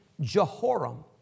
Jehoram